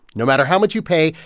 no matter how much you pay,